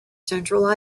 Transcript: central